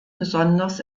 besonders